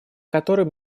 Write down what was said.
который